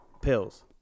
pills